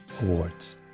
awards